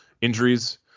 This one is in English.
injuries